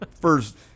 first